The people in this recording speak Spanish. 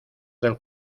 del